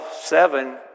seven